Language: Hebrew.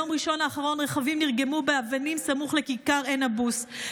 ביום ראשון האחרון רכבים נרגמו באבנים סמוך לכיכר עינאבוס.